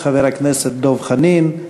חבר הכנסת דב חנין,